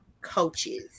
coaches